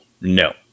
no